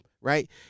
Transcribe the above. right